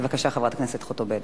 בבקשה, חברת הכנסת חוטובלי.